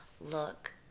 look